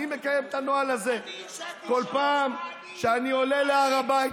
אני מקיים את הנוהל הזה כל פעם שאני עולה להר הבית,